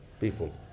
people